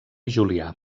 julià